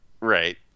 Right